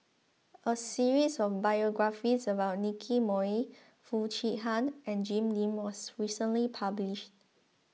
a series of Biographies about Nicky Moey Foo Chee Han and Jim Lim was recently published